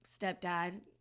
stepdad